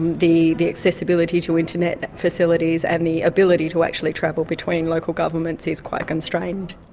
the the accessibility to internet facilities and the ability to actually travel between local governments is quite constrained.